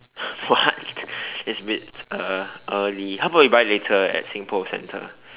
what it's a bit uh early how about you buy later at Singpost centre